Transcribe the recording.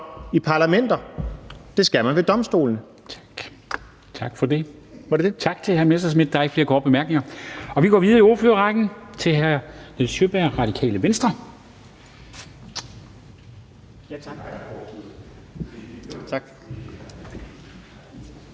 Formanden (Henrik Dam Kristensen): Tak for det. Tak til hr. Messerschmidt. Der er ikke flere korte bemærkninger. Vi går videre i ordførerrækken til hr. Nils Sjøberg, Radikale Venstre. Vi